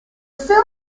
film